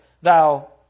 thou